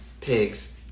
Pigs